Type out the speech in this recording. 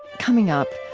coming up,